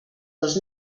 dos